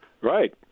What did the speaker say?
Right